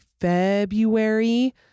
February